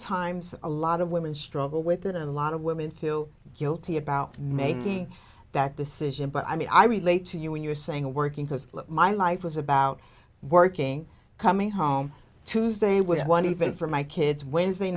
oftentimes a lot of women struggle with that and a lot of women feel guilty about making that decision but i mean i relate to you when you're saying a working because my life was about working coming home tuesday was one even for my kids wednesday